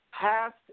past